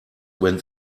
when